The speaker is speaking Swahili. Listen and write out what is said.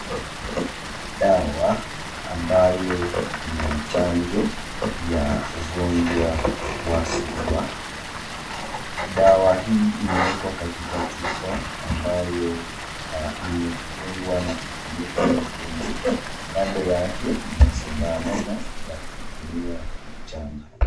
Dawa ambayo ni ya chanjo ya ugonjwa wa surua. Dawa hii imeekwa katika chupa ambayo imefungwa na kifuniko nyekundu kando yake mna sindano ya kutumia kuchanja.